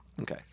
Okay